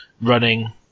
Running